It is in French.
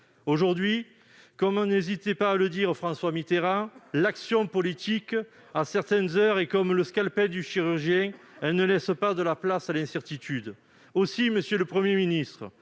tel exploit. Comme n'hésitait pas à le dire François Mitterrand, l'action politique à certaines heures est comme le scalpel du chirurgien : elle ne laisse pas de place à l'incertitude. Aussi, monsieur le Premier ministre,